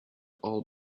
all